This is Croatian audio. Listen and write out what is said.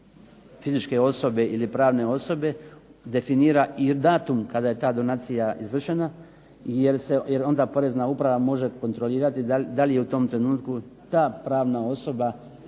fizičke osobe ili pravne osobe definira i datum kada je ta donacija izvršena, jer onda Porezna uprava može kontrolirati da li je u tom trenutku ta pravna osoba